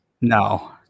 No